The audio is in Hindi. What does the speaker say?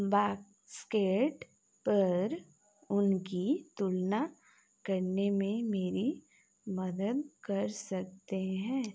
बॉस्केट पर उनकी तुलना करने में मेरी मदद कर सकते हैं